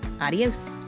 adios